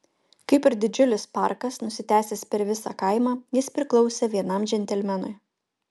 kaip ir didžiulis parkas nusitęsęs per visą kaimą jis priklausė vienam džentelmenui